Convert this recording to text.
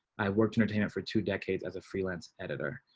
i worked in atlanta for two decades as a freelance editor.